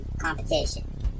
competition